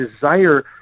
desire